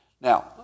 Now